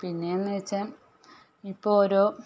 പിന്നേന്ന് വെച്ചാൽ ഇപ്പം ഓരോ